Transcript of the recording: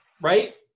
right